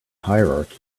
hierarchy